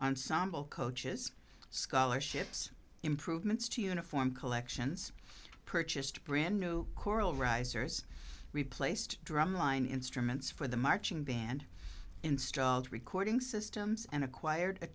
ensemble coaches scholarships improvements to uniform collections purchased brand new choral risers replaced drum line instruments for the marching band installed recording systems and acquired a